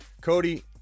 Cody